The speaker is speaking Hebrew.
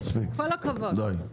די,